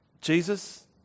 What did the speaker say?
Jesus